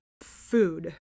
food